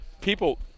people